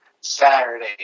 Saturday